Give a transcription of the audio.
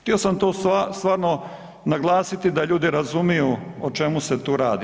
Htio sam to stvarno naglasiti da ljudi razumiju o čemu se tu radi.